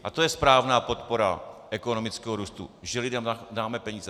A to je správná podpora ekonomického růstu, že lidem dáme peníze.